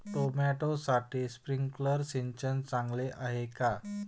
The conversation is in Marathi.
टोमॅटोसाठी स्प्रिंकलर सिंचन चांगले आहे का?